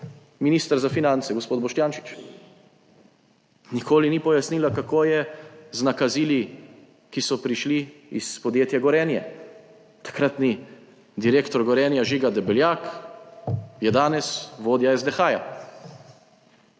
minister za finance, gospod Boštjančič. Nikoli ni pojasnila, kako je z nakazili, ki so prišli iz podjetja Gorenje. Takratni direktor Gorenja, Žiga Debeljak, je danes vodja SDH.